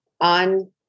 on